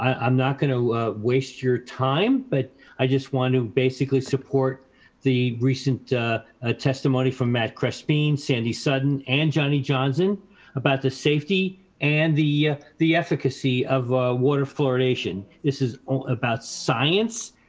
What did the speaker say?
i'm not gonna waste your time, but i just want to basically support the recent ah testimony from matt crispian, sandy sutton and johnny johnson about the safety and the ah the efficacy of a water fluoridation. this is about science.